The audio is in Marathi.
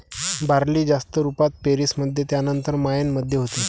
बार्ली जास्त रुपात पेरीस मध्ये त्यानंतर मायेन मध्ये होते